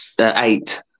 eight